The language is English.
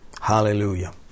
Hallelujah